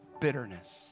bitterness